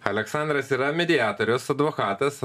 aleksandras yra mediatoriaus advokatas